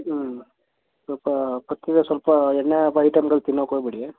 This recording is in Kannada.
ಹ್ಞೂ ಸ್ವಲ್ಪ ಪಥ್ಯದ ಸ್ವಲ್ಪ ಎಣ್ಣೆ ಐಟಮ್ಗಳು ತಿನ್ನಕ್ಕೆ ಹೋಗ್ಬೇಡಿ